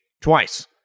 twice